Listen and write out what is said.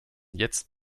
jetzt